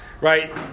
right